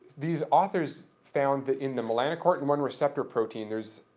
these authors found that in the melanocortin one receptor protein, there's